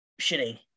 shitty